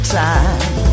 time